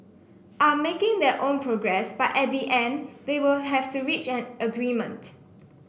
are making their own progress but at the end they will have to reach an agreement